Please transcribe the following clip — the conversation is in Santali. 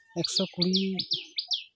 ᱮᱠᱥᱳ ᱠᱩᱲᱤ